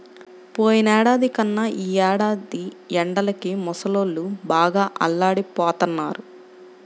పోయినేడాది కన్నా ఈ ఏడాది ఎండలకి ముసలోళ్ళు బాగా అల్లాడిపోతన్నారు